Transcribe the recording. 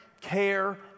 care